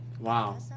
Wow